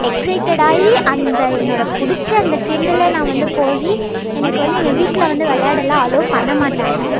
எக்ஸ்ட்டடடாகி அந்த என்னோடய பிடிச்ச அந்த ஃபீல்டில் நான் வந்து போய் எனக்கு வந்து எங்கள் வீட்டில் வந்து வெளையாடலாம் அலோவ் பண்ணமாட்டாங்க